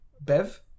Bev